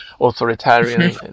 authoritarian